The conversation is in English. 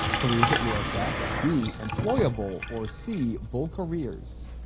careers at usf, b, employ-a-bull, or c, bull careers?